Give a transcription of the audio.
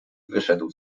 wyszedł